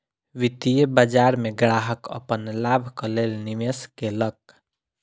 वित्तीय बाजार में ग्राहक अपन लाभक लेल निवेश केलक